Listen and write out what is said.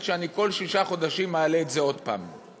שאני כל שישה חודשים מעלה את זה עוד פעם.